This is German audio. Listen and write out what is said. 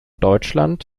deutschland